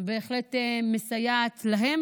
בהחלט יסייעו להם,